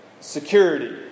security